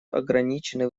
ограничены